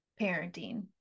parenting